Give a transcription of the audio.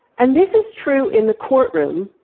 and this is true in the courtroom,